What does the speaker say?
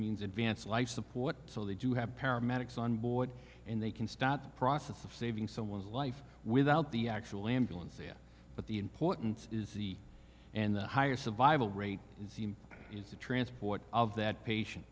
means advance life support so they do have paramedics on board and they can start the process of saving someone's life without the actual ambulance there but the importance is the and the higher survival rate is the transport of that patient